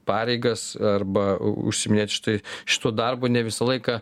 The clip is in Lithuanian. pareigas arba užsiiminėt štai šituo darbu ne visą laiką